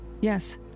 Yes